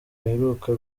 aheruka